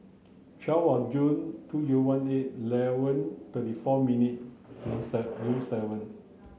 twelve of June two zero one eight eleven thirty four minutes zero zero seven